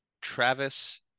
Travis